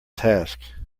task